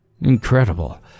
Incredible